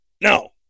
No